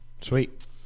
Sweet